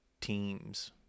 teams